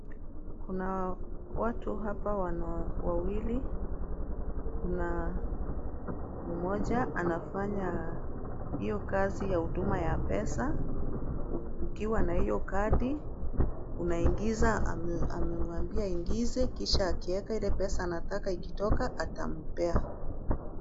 Kuna watu hapa wawili. Kuna mmoja anafanya hiyo kazi ya huduma ya pesa. Ukiwa na hiyo kadi unaingiza, amemwambia aingize kisha ile pesa anataka ikitoka atampea.